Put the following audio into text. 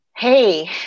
hey